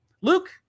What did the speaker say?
Luke